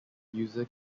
user